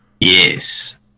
Yes